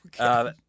Okay